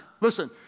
Listen